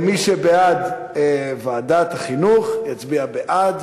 מי שבעד ועדת החינוך יצביע בעד.